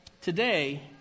Today